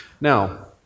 Now